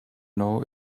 know